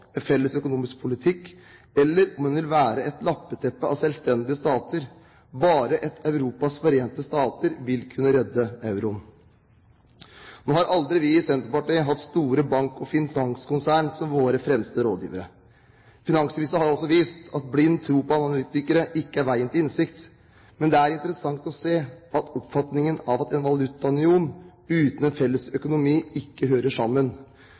med felles økonomisk politikk, eller om en vil være et lappeteppe av selvstendige stater. Bare et Europas Forente Stater vil kunne redde euroen. Nå har aldri vi i Senterpartiet hatt store bank- og finanskonsern som våre fremste rådgivere. Finanskrisen har også vist at blind tro på analytikere ikke er veien til innsikt. Men det er interessant å se at oppfatningen av at en valutaunion uten en felles økonomi ikke hører sammen,